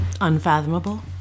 Unfathomable